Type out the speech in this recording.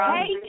Hey